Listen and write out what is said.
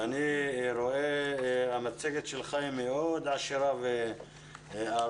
ואני רואה המצגת שלך היא מאוד עשירה וארוכה,